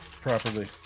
properly